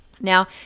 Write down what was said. now